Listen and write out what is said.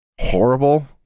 horrible